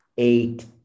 eight